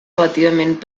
relativament